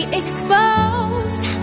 exposed